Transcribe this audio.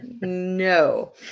no